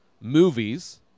movies